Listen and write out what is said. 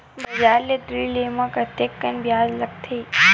बजार ले ऋण ले म कतेकन ब्याज लगथे?